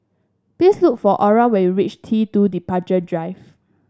please look for Orra when you reach T two Departure Drive